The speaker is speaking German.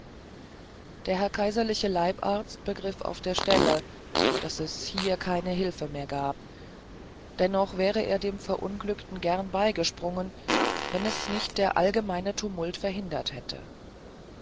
der herr kaiserliche leibarzt begriff auf der stelle daß es hier keine hilfe mehr gab dennoch wäre er dem verunglückten gern beigesprungen wenn es nicht der allgemeine tumult verhindert hätte